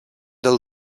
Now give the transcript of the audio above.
del